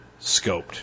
scoped